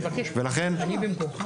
אני במקומך